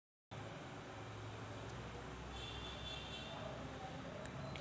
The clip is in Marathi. म्यूचुअल सेविंग बँक खात्यावर अधिक व्याज मिळते